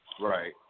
Right